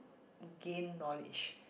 gain knowledge